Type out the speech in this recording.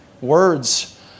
Words